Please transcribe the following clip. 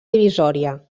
divisòria